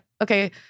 okay